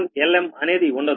Lm అనేది ఉండదు